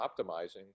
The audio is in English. optimizing